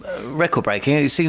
record-breaking